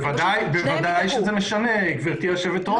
בוודאי שזה משנה, גברתי היושבת ראש.